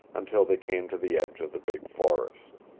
until they came to the edge of the big forest.